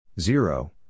Zero